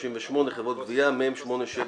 138) (חברות גבייה)(מ/875),